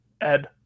Ed